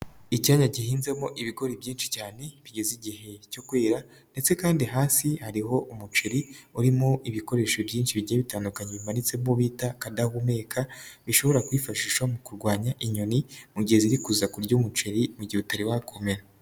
Icyanya gihinzemo ibigori byinshi cyane bigeze igihe cyo kwera, ndetse kandi hasi hariho umuceri urimo ibikoresho byinshi bigiye bitandukanye bimanitsemo bita akadahumeka, bishobora kwifashisha mu kurwanya inyoni mu gihe ziri kuza kurya umuceri mu mugihe utari wakomera.